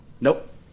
Nope